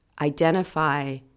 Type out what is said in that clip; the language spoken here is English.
identify